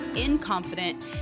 incompetent